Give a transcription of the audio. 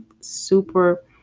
super